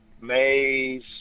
Mays